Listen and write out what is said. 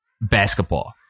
basketball